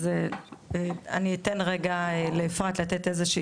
אז אני אתן רגע לאפרת לתת איזה שהיא